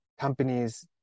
companies